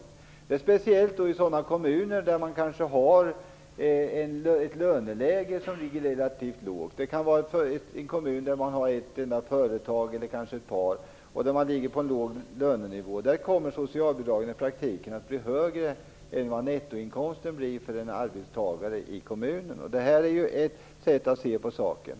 Det gäller speciellt i sådana kommuner där man kanske har ett löneläge som är relativt låg. Det kan vara en kommun där man har ett enda eller ett par företag och där man ligger på en låg lönenivå. Där kommer socialbidragen i praktiken att vara högre än vad nettoinkomsten för en arbetstagare i kommunen blir. Det är ett sätt att se på saken.